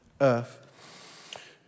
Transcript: earth